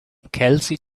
kelsey